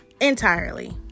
entirely